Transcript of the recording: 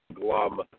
glum